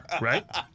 right